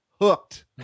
hooked